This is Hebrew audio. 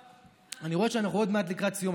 רואה שאנחנו עוד מעט לקראת סיום.